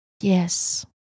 Yes